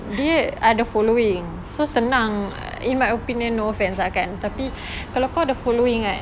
dia ada following so senang in my opinion no offence lah kalau kau ada the following kan